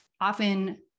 Often